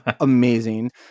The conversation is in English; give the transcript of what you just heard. amazing